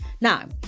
Now